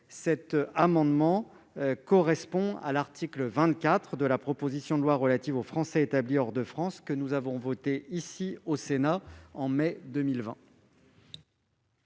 cet amendement correspond à l'article 24 de la proposition de loi relative aux Français établis hors de France votée par le Sénat en mai 2020.